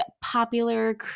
popular